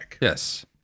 Yes